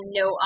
no